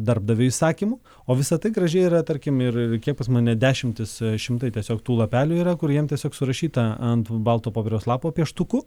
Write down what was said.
darbdavio įsakymų o visa tai gražiai yra tarkim ir kiek pas mane dešimys šimtai tiesiog tų lapelių yra kuriem tiesiog surašyta ant balto popieriaus lapo pieštuku